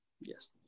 Yes